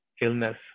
illness